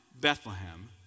Bethlehem